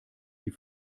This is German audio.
die